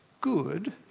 good